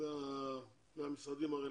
מהמשרדים הרלוונטיים.